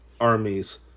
armies